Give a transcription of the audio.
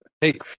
Hey